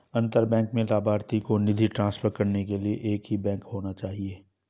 अंतर बैंक में लभार्थी को निधि ट्रांसफर करने के लिए एक ही बैंक होना चाहिए